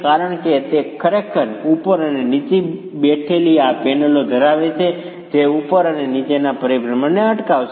કારણ કે તે ખરેખર ઉપર અને નીચે બેઠેલી આ પેનલો ધરાવે છે જે ઉપર અને નીચેના પરિભ્રમણને અટકાવશે